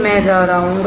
मैं दोहराऊंगा